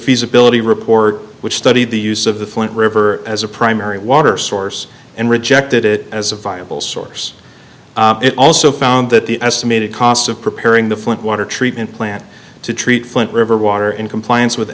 feasibility report which studied the use of the flint river as a primary water source and rejected it as a viable source it also found that the estimated cost of preparing the flint water treatment plant to treat flint river water in compliance with